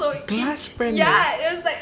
glass panel